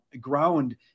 ground